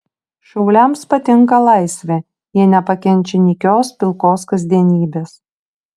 šauliams patinka laisvė jie nepakenčia nykios pilkos kasdienybės